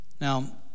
now